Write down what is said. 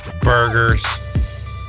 burgers